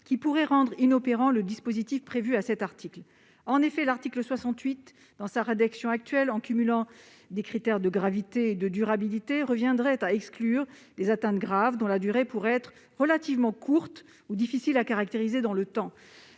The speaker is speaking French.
qui pourrait rendre inopérant le dispositif prévu à cet article. En effet, l'article 68 dans sa rédaction actuelle, en cumulant les critères de gravité et de durabilité, reviendrait à exclure les atteintes graves dont la durée pourrait être relativement courte ou difficile à caractériser dans le temps.